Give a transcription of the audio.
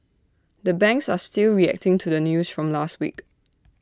the banks are still reacting to the news from last week